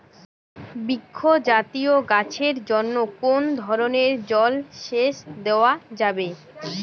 বৃক্ষ জাতীয় গাছের জন্য কোন ধরণের জল সেচ দেওয়া যাবে?